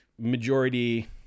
majority